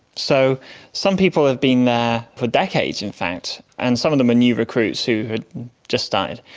so some people have been there for decades in fact and some of them are new recruits who had just started.